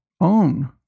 own